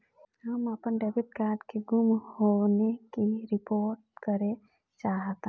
हम अपन debit card के गुम होने की रिपोर्ट करे चाहतानी